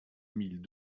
mille